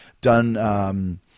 done –